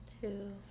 Two